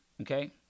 okay